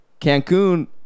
Cancun